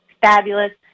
fabulous